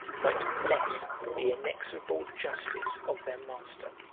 might bless the inexorable justice of their master.